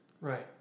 Right